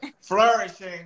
flourishing